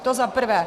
To za prvé.